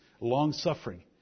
long-suffering